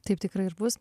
taip tikrai ir bus